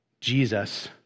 Jesus